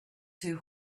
two